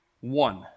one